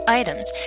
items